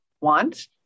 want